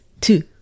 Two